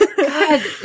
God